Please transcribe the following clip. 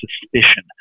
suspicion